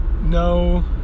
no